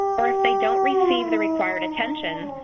or if they don't receive the required attention,